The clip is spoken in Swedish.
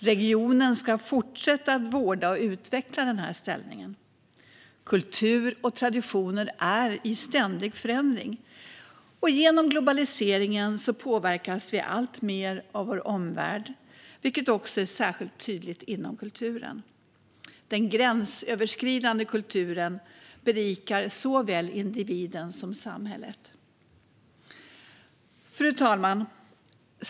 Regionen ska fortsätta att vårda och utveckla denna ställning. Kultur och traditioner är i ständig förändring. Genom globaliseringen påverkas vi alltmer av vår omvärld, vilket är särskilt tydligt inom kulturen. Den gränsöverskridande kulturen berikar såväl individen som samhället. Fru talman!